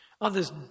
Others